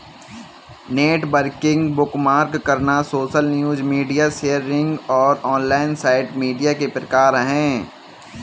networking, bookmark करना, social news, media sharing और online site media के प्रकार हैं